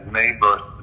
neighbors